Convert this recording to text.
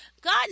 God